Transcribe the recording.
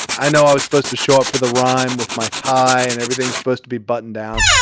i know i was supposed to show up for the rhyme with my tie and everything's supposed to be buttoned down.